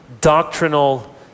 doctrinal